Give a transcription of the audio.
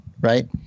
right